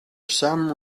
some